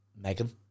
Megan